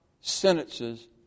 sentences